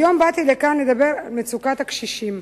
היום באתי לכאן לדבר על מצוקת הקשישים.